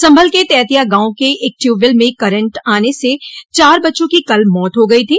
संभल के तैतिया गांव के एक ट्यूब वेल करेंट आने से चार बच्चों की कल मौत हो गई थी